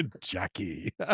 Jackie